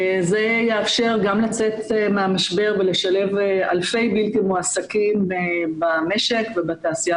זה יאפשר גם לצאת מהמשבר ולשלב אלפי בלתי מועסקים במשק ובתעשייה